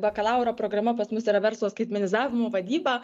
bakalauro programa pas mus yra verslo skaitmenizavimo vadyba